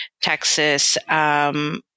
Texas